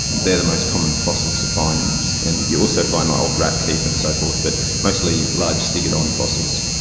they're the most common fossils to find. and you also find ah old rat teeth and so forth, but mostly large stegodon fossils.